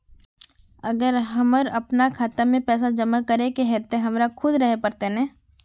अगर हमर अपना खाता में पैसा जमा करे के है ते हमरा खुद रहे पड़ते ने?